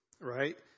Right